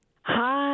Hi